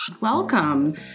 Welcome